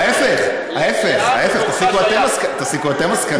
ההפך, ההפך, תסיקו אתם מסקנות.